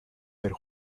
their